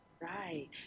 right